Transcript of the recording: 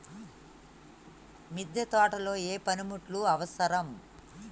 మిద్దె తోటలో ఏ పనిముట్లు అవసరం?